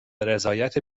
رضایت